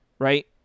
Right